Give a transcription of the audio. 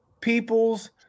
People's